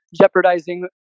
jeopardizing